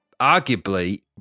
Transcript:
arguably